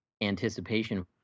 anticipation